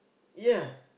ya